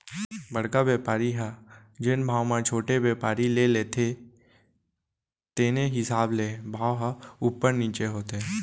बड़का बेपारी ह जेन भाव म छोटे बेपारी ले लेथे तेने हिसाब ले भाव ह उपर नीचे होथे